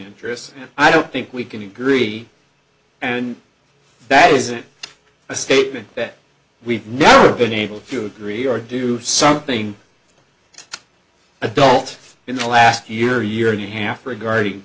interests and i don't think we can agree and that isn't a statement that we've never been able to agree or do something adult in the last year year and a half regarding